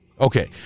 Okay